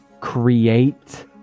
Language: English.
Create